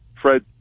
Fred